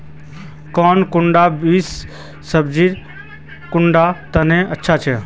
कौन कुंडा बीस सब्जिर कुंडा तने अच्छा?